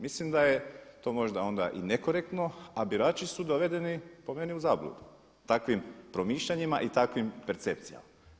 Mislim da je to možda onda i nekorektno a birači su dovedeni po meni u zabludu takvim promišljanjima i takvim percepcijama.